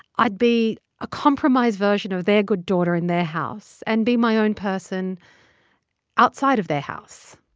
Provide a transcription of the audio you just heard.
i'd be a compromised version of their good daughter in their house and be my own person outside of their house